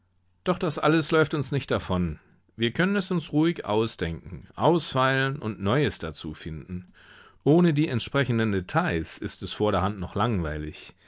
doch das alles läuft uns nicht davon wir können es uns ruhig ausdenken ausfeilen und neues dazufinden ohne die entsprechenden details ist es vorderhand noch langweilig